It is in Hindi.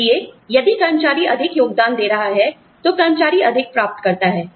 इसलिए यदि कर्मचारी अधिक योगदान दे रहा है तो कर्मचारी अधिक प्राप्त करता है